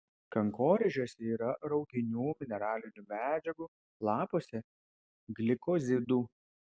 kankorėžiuose yra rauginių mineralinių medžiagų lapuose glikozidų